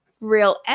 real